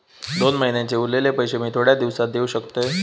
दोन महिन्यांचे उरलेले पैशे मी थोड्या दिवसा देव शकतय?